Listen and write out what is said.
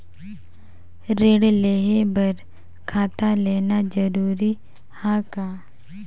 ऋण लेहे बर खाता होना जरूरी ह का?